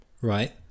Right